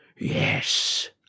Yes